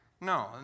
No